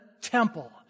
temple